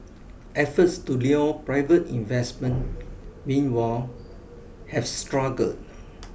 efforts to lure private investment meanwhile have struggled